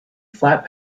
flat